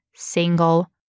Single